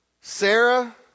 Sarah